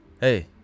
hey